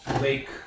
lake